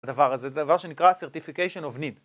הדבר הזה, זה דבר שנקרא certification of need